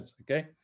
Okay